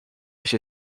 się